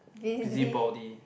busy